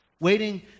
waiting